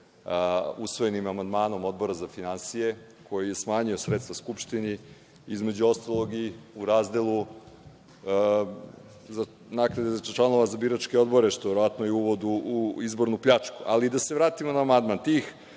usvojenim amandmanom Odbora za finansije koji je smanjio sredstva Skupštini, a između ostalog i u razdelu – naknade članova za biračke odbore, što je verovatno i uvod u izbornu pljačku. Da se vratimo na amandman. Tih